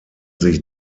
sich